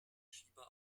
schieber